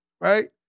right